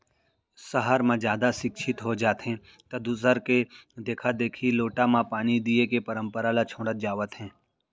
सहर म जादा सिक्छित हो जाथें त दूसर के देखा देखी लोटा म पानी दिये के परंपरा ल छोड़त जावत हें